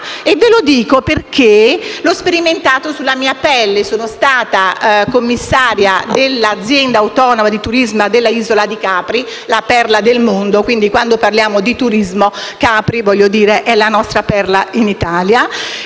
E vi dico ciò perché l'ho sperimentato sulla mia pelle, essendo stata commissaria dell'Azienda autonoma di turismo dell'isola di Capri, la perla del mondo. Quando parliamo di turismo, Capri è la nostra perla in Italia.